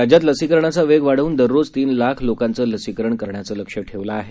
राज्यात लसीकरणाचा वेग वाढवून दररोज तीन लाख लोकांचं लसीकरण करण्याचं लक्ष्य ठेवलं आहे